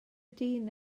dyn